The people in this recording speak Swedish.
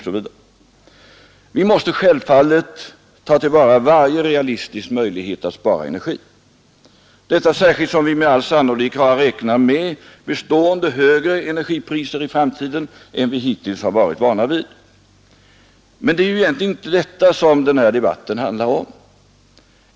Vi måste självfallet ta till vara varje realistisk möjlighet att spara energi, detta särskilt som vi med all sannolikhet har att räkna med bestående högre energipriser i framtiden än vi hittills har varit vana vid. Men det är ju egentligen inte detta som den här debatten handlar om.